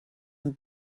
und